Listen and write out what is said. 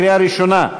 קריאה ראשונה.